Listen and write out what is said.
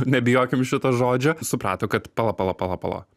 nebijokim šito žodžio suprato kad pala pala pala pala